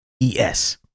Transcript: ES